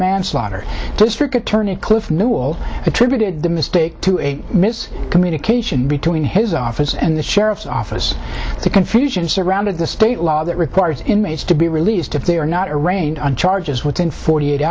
manslaughter district attorney cliff newell attributed the mistake to a mis communication between in his office and the sheriff's office the confusion surrounding the state law that requires inmates to be released if they are not arraigned on charges within forty eight